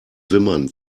wimmern